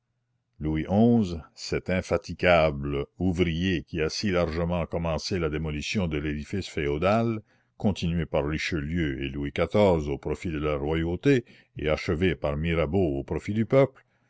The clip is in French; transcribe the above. louis xi cet infatigable ouvrier qui a si largement commencé la démolition de l'édifice féodal continuée par richelieu et louis xiv au profit de la royauté et achevée par mirabeau au profit du peuple